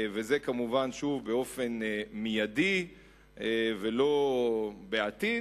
וזה כמובן שוב באופן מיידי ולא בעתיד,